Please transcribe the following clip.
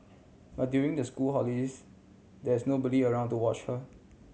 but during the school holidays there is nobody around to watch her